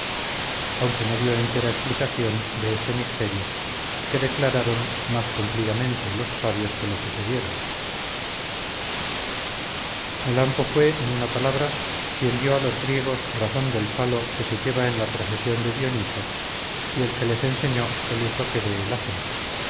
aunque no dio entera explicación de este misterio que declararon más cumplidamente los sabios que lo sucedieron melampo fue en una palabra quien dio a los griegos razón del phalo que se lleva en la procesión de dioniso y el que les enseñó el uso que de él hacen